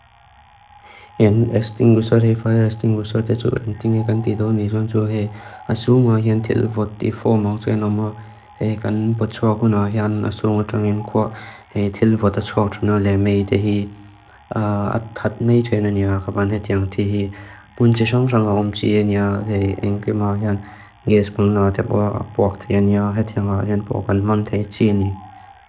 Ián estinguísaat hea fáil estinguísaat hea tsú. Intíng hea kan títo nii tón tsú hea. A sú ángua hean tilvót ti fóamáng tsái nón má. Hea kan bát tsáakun á ángua. Hea ángua tón ángua. Hea tilvót atsáakun á ángua. Léamei tíhi át tát neitói na ni á kápan hea tíhi. Bun tíhsángsáng á ángum tíhi hea ni á ángua. Hea ángua. Hea ángua. ismul ná tapu áp bók t'i an yá hati ánga ál bók ál manda i tíni.